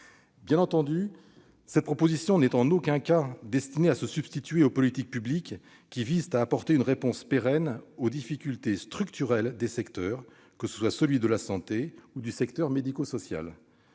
Bien entendu, cette proposition de loi n'est en aucun cas destinée à se substituer aux politiques publiques qui visent à apporter une réponse pérenne aux difficultés structurelles des secteurs de la santé et du médico-social.